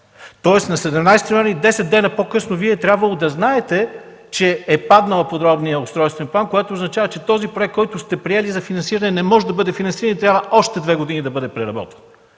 тоест на 17 януари, десет дни по-късно, Вие е трябвало да знаете, че е паднал подробният устройствен план, което означава, че този проект, който сте приели за финансиране, не може да бъде финансиран и трябва още две години да бъде преработван.